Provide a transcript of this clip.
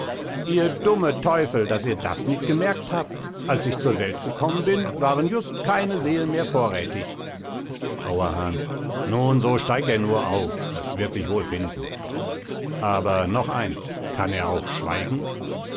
ihr dumme teufel daß ihr das nit gemerkt habt als ich zur welt gekommen bin waren just keine seelen mehr vorräthig auerhahn nun so steig er nur auf es wird sich wohl finden aber noch eins kann er auch schweigen